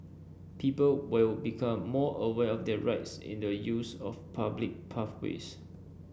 people will become more aware of their rights in the use of public pathways